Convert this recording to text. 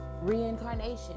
reincarnation